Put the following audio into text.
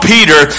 Peter